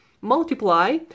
multiply